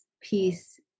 peace